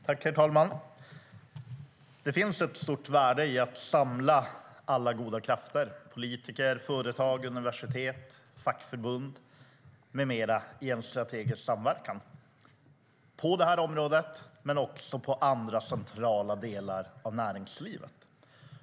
Herr talman! Det finns ett stort värde i att samla alla goda krafter - politiker, företag, universitet, fackförbund med flera - i en strategisk samverkan på det här området men också på andra centrala delar av näringslivet.